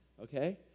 okay